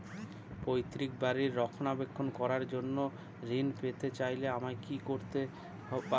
পৈত্রিক বাড়ির রক্ষণাবেক্ষণ করার জন্য ঋণ পেতে চাইলে আমায় কি কী করতে পারি?